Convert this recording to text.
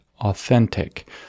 authentic